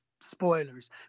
spoilers